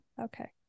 Okay